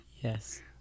Yes